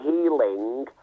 healing